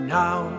now